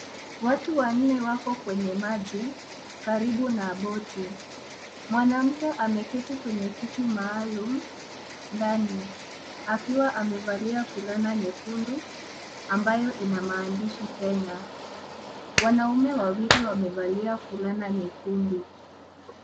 Watu wanne wako kwenye maji karibu na boti. Mwanamke ameketi kwenye kiti maalum ndani. Akiwa amevalia fulana nyekundu ambayo ina maandishi Kenya. Wanaume wawili wamevalia fulana nyekundu.